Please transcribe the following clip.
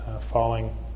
falling